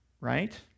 right